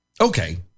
Okay